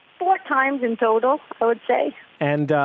four times in total i would say and ahh,